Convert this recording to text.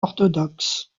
orthodoxe